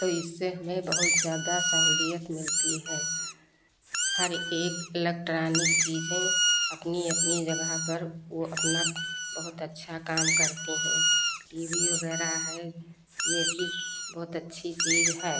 तो इससे हमें बहुत ज़्यादा सहूलियत मिलती है हर एक इलेक्ट्रानिक चीज़ें अपनी अपनी जगह पर वह अपना बहुत अच्छा काम करती हैं टी वी वगैरह है यह भी बहुत अच्छी चीज़ है